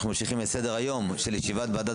אנחנו ממשיכים את סדר היום של ישיבת וועדת